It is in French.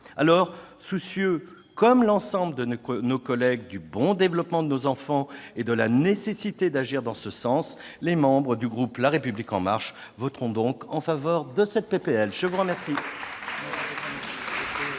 chambre. Soucieux, comme l'ensemble de nos collègues, du bon développement de nos enfants et de la nécessité d'agir dans ce sens, les membres du groupe La République En Marche voteront en faveur de cette proposition de loi.